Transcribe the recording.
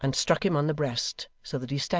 and struck him on the breast so that he staggered.